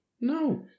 No